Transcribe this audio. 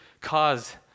cause